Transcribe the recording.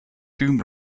tomb